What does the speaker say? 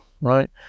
right